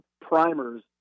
primers